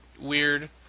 weird